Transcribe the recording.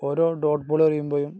ഓരോ ഡോട്ബോളെറിയുമ്പോഴും